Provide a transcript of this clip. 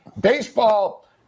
Baseball